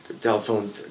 telephone